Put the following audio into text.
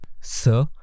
Sir